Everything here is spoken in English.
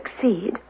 succeed